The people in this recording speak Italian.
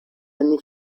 anni